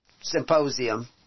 symposium